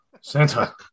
Santa